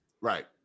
Right